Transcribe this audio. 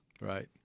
Right